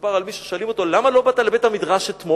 מסופר על מישהו ששואלים אותו: למה לא באת לבית-המדרש אתמול?